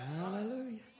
Hallelujah